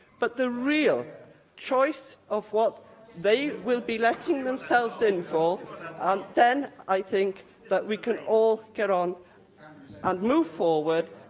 but the real choice of what they will be letting themselves in for um then i think that we can all get on and move forward,